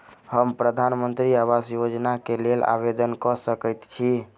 हम प्रधानमंत्री आवास योजना केँ लेल आवेदन कऽ सकैत छी?